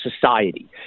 society